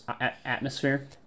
atmosphere